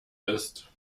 ist